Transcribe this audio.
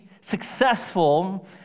successful